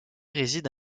réside